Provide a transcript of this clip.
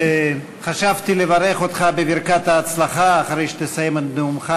חשבתי לברך אותך בברכת ההצלחה אחרי שתסיים את נאומך,